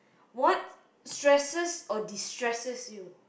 what stresses or destresses you